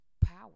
power